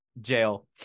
jail